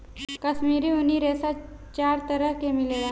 काश्मीरी ऊनी रेशा चार तरह के मिलेला